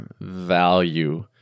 value